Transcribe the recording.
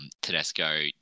Tedesco